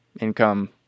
income